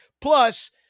Plus